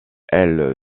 elle